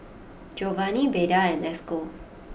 Jovany Beda and Esco